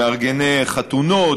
עם מארגני חתונות,